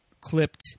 clipped